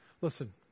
Listen